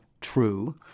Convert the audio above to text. true